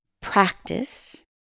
practice